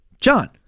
John